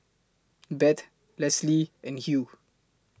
Bette Leslie and Hugh